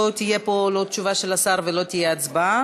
לא תהיה פה תשובה של השר ולא תהיה הצבעה,